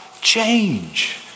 change